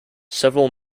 several